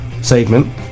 segment